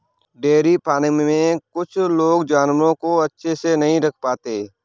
dairy farming में कुछ लोग जानवरों को अच्छे से नहीं रख पाते